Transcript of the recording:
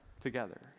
together